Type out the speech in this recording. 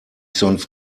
sonst